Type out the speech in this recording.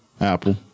Apple